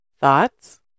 Thoughts